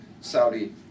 Saudi